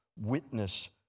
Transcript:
witness